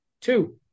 Two